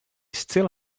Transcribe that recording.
still